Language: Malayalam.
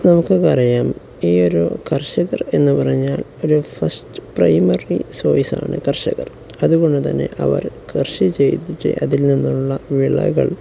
നമുക്ക് ഇപ്പറിയാം ഈ ഒരു കർഷകർ എന്ന് പറഞ്ഞാൽ ഒരു ഫസ്റ്റ് പ്രൈമറി സോഴ്സാണ് കർഷകർ അതുകൊണ്ടുതന്നെ അവർ കൃഷി ചെയ്തിട്ട് അതിൽ നിന്നുള്ള വിളകൾ